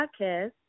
podcast